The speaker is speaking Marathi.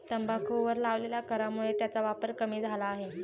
तंबाखूवर लावलेल्या करामुळे त्याचा वापर कमी झाला आहे